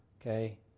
Okay